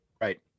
Right